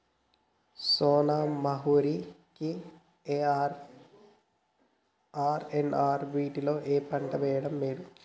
సోనా మాషురి కి ఆర్.ఎన్.ఆర్ వీటిలో ఏ పంట వెయ్యడం మేలు?